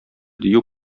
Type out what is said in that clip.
дию